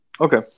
Okay